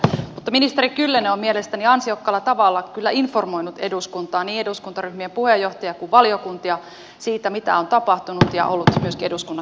mutta ministeri kyllönen on mielestäni ansiokkaalla tavalla kyllä informoinut eduskuntaa niin eduskuntaryhmien puheenjohtajia kuin valiokuntia siitä mitä on tapahtunut ja ollut myöskin eduskunnan